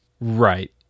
Right